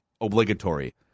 obligatory